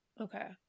Okay